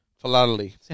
Philately